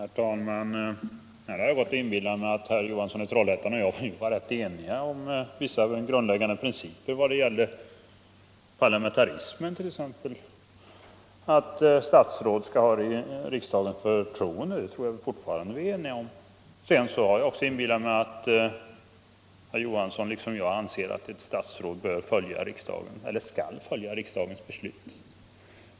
Herr talman! Här har jag gått och inbillat mig att herr Johansson i Trollhättan och jag var rätt eniga om vissa grundläggande principer i fråga om parlamentarismen. Att t.ex. statsråd skall ha riksdagens förtroende tror jag vi fortfarande är eniga om. Sedan har jag också inbillat mig att herr Johansson liksom jag anser att ett statsråd skall följa riksdagens beslut.